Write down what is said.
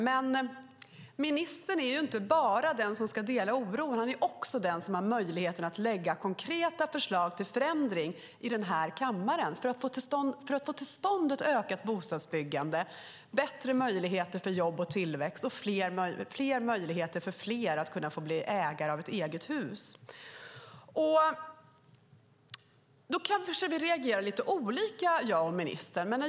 Men ministern är inte bara den som ska dela oron, han är den som har möjligheter att i den här kammaren lägga fram konkreta förslag till förändringar för att få till stånd ett ökat bostadsbyggande, bättre möjligheter för jobb och tillväxt och fler möjligheter för fler att bli ägare av ett eget hus. Vi kanske reagerar lite olika, jag och ministern.